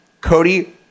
Cody